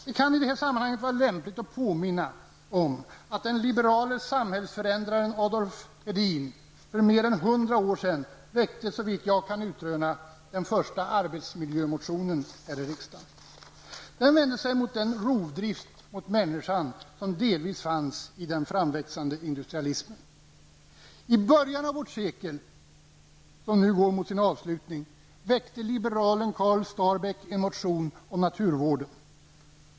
Det kan i det här sammanhanget vara lämpligt att påminna om att den liberale samhällsförändraren Adolf Hedin för mer än 100 år sedan väckte -- såvitt jag kan utröna -- den första arbetsmiljömotionen i riksdagen. Den vände sig mot den rovdrift mot människan som delvis fanns i den framväxande industrialismen. I början av det nya seklet, som nu går mot sin avslutning, väckte liberalen Karl Starbäck en motion om naturvården.